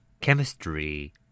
Chemistry